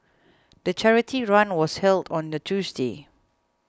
the charity run was held on the Tuesday